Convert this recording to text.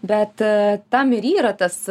bet tam ir yra tas